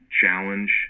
challenge